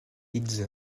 leeds